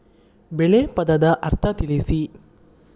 ಬೆಳೆ ಪದದ ಅರ್ಥ ತಿಳಿಸಿ?